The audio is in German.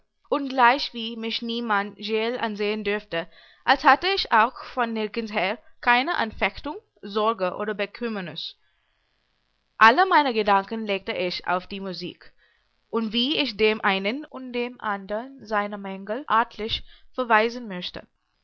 und gleichwie mich niemand scheel ansehen dörfte als hatte ich auch von nirgendsher keine anfechtung sorge oder bekümmernüs alle meine gedanken legte ich auf die musik und wie ich dem einen und dem andern seine mängel artlich verweisen möchte